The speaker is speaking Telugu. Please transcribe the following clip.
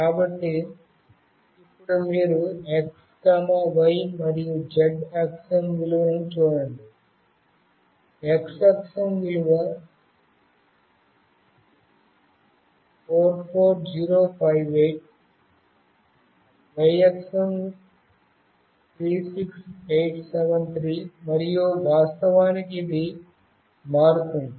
కాబట్టి ఇప్పుడు మీరు x y మరియు z అక్షం విలువలను చూడండి x అక్షం విలువ 44058 y అక్షం 36873 మరియు వాస్తవానికి ఇది మారుతుంది